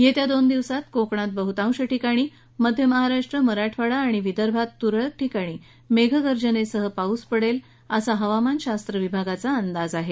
येत्या दोन दिवसात कोकणात बहुतांश ठिकाणी मध्य महाराष्ट्र मराठवाडा आणि विदर्भात तुरळक ठिकाणी मेघगर्जनेसह पाऊस पडेल असा हवामान खात्याचा अंदाज आहे